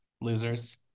losers